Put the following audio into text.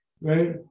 right